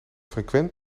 frequent